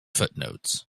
footnotes